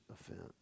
offense